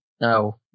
No